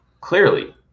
clearly